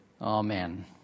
Amen